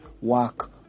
work